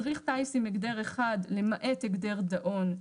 מדריך טיס עם הגדר אחד, למעט הגדר דאון.